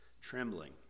trembling